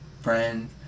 friend